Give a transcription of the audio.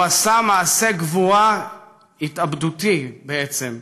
הוא עשה מעשה גבורה התאבדותי, בעצם.